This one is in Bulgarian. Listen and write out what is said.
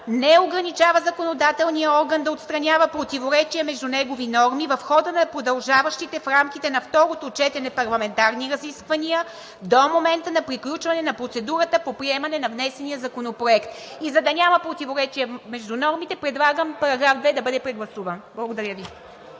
не ограничава законодателния орган да отстранява противоречия между негови норми в хода на продължаващите в рамките на второто четене парламентарни разисквания до момента на приключване на процедурата по приемане на внесения законопроект. И за да няма противоречия между нормите, предлагам § 2 да бъде прегласуван. Благодаря Ви.